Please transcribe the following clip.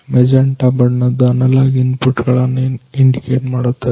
magenta ಬಣ್ಣದ್ದು analogue input ಗಳನ್ನು indicate ಮಾಡುತ್ತವೆ